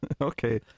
Okay